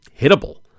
hittable